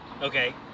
okay